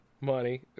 money